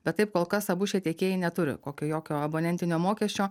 bet taip kol kas abu šie tiekėjai neturi kokio jokio abonentinio mokesčio